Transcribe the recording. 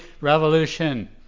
revolution